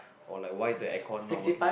oh like why is the air con not working